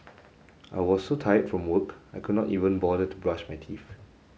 I was so tired from work I could not even bother to brush my teeth